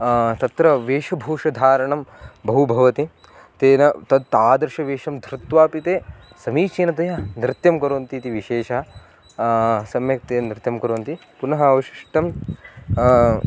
तत्र वेषभूषधारणं बहु भवति तेन तत् तादृशवेषं धृत्वापि ते समीचीनतया नृत्यं कुर्वन्ति इति विशेषः सम्यक्तया नृत्यं कुर्वन्ति पुनः अवशिष्टं